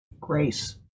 grace